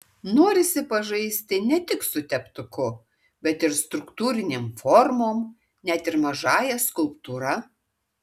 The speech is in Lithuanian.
norisi pažaisti ne tik su teptuku bet ir struktūrinėm formom net ir mažąja skulptūra